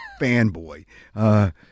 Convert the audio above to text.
fanboy